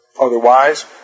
Otherwise